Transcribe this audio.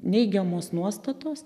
neigiamos nuostatos